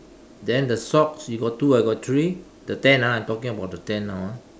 then the socks you got two I got three the tent ah I'm talking about the tent now ah